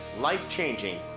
life-changing